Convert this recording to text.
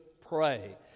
pray